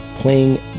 playing